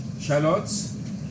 shallots